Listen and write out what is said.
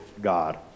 God